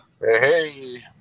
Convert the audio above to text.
Hey